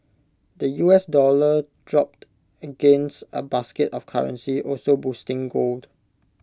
the U S dollar dropped against A basket of currencies also boosting gold